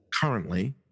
Currently